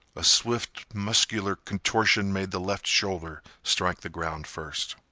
a swift muscular contortion made the left shoulder strike the ground first.